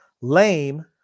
Lame